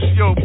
yo